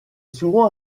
souvent